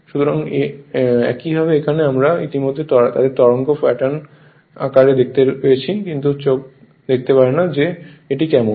সুতরাং একইভাবে এখানে আমরা ইতিমধ্যেই তাদের তরঙ্গকে প্যাটার্ন আকারে দেখতে পেয়েছি কিন্তু চোখ দেখতে পারে না যে এটি কেমন